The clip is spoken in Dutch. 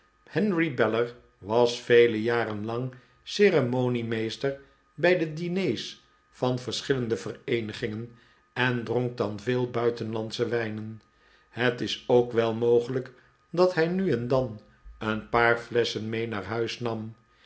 henry beller was vele jaren lang ceremoniemeester bij de diners van verschillende vereenigingen en dronk dan veel buitenlandsche wijnen het is ook wel mogelijk dat hij nu en dan een paar flesschen mee naar huis namj